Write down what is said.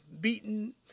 beaten